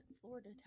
Florida